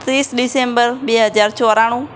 ત્રીસ ડિસેમ્બર બે હજાર ચોરાણું